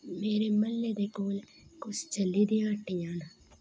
मेरे म्हल्ले दे कोल कुस चाल्ली दियां हट्टियां न